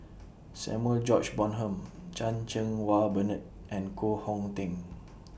Samuel George Bonham Chan Cheng Wah Bernard and Koh Hong Teng